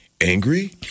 angry